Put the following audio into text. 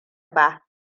ba